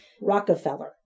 Rockefeller